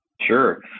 Sure